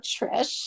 Trish